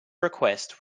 request